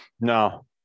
No